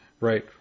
Right